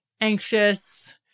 anxious